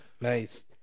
Nice